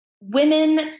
Women